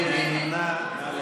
מי נגד?